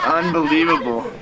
unbelievable